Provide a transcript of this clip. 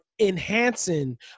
enhancing